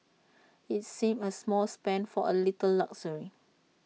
IT seems A small spend for A little luxury